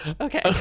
Okay